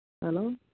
hello